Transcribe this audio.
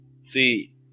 See